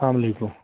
سلام علیکُم